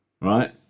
right